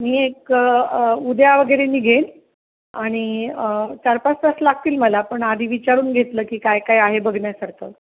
मी एक उद्या वगैरे निघेन आणि चार पाच तास लागतील मला पण आधी विचारून घेतलं की काय काय आहे बघण्यासारखं